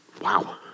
Wow